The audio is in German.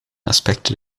aspekte